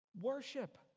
worship